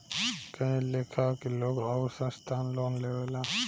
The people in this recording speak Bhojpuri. कए लेखा के लोग आउर संस्थान लोन लेवेला